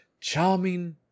charming